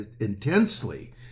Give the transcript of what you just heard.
intensely